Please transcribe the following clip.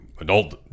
adult